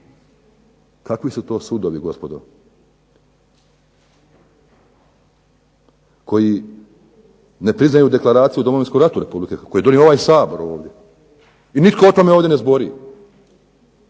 Kakvi su to sudovi gospodo? Koji ne priznaju Deklaraciju o Domovinskom ratu Republike Hrvatske, i nitko ovdje o tome ne zbori.